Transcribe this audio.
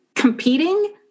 competing